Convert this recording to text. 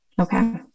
Okay